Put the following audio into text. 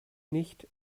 nicht